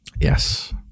Yes